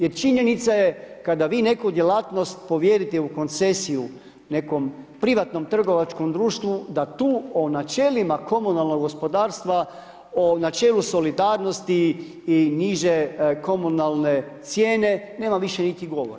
Jer činjenica je kada vi neku djelatnost povjerite u koncesiju nekom privatnom trgovačkom društvu, da tu o načelima komunalnog gospodarstva, o načelu solidarnosti i niže komunalne cijene, nema više niti govora.